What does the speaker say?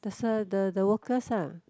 the sir the the workers ah